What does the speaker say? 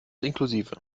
inklusive